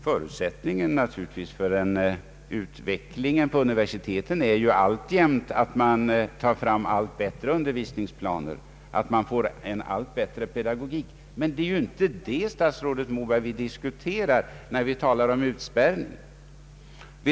Förutsättningen för en utveckling inom universiteten är naturligtvis alltjämt att man tar fram allt bättre undervisningsplaner och att man får en allt bättre pedagogik. Det är emellertid inte det vi diskuterar när vi talar om utspärrning, statsrådet Moberg.